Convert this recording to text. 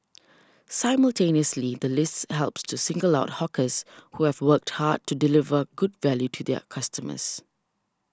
simultaneously the list helps to single out hawkers who have worked hard to deliver good value to their customers